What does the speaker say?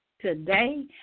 today